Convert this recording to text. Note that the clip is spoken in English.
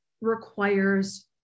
requires